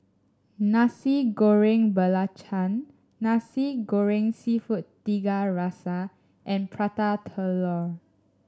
Nasi Goreng Belacan Nasi Goreng seafood Tiga Rasa and Prata Telur